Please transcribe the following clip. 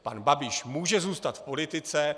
Pan Babiš může zůstat v politice.